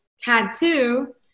tattoo